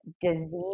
disease